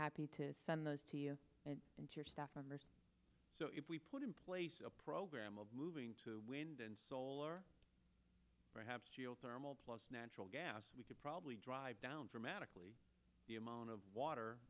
happy to send those to you so if we put in place a program of moving to wind and solar perhaps geothermal plus natural gas we could probably drive down dramatically the amount of water